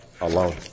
alone